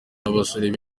n’abasore